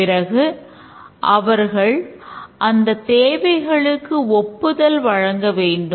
பிறகு அவர்கள் அந்த தேவைகளுக்கு ஒப்புதல் வழங்க வேண்டும்